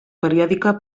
periòdica